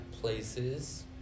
places